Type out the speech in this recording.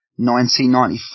1994